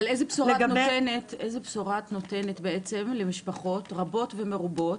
אבל איזו בשורה את נותנת בעצם למשפחות רבות ומרובות,